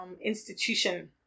institution